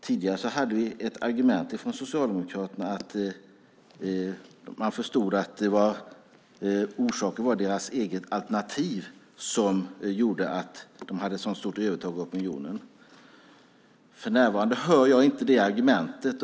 Tidigare hörde vi ett argument från Socialdemokraterna om att man förstod att orsaken var deras eget alternativ. Det var det som gjorde att de hade ett så stort övertag i opinionen. För närvarande hör jag inte det argumentet.